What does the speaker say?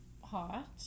hot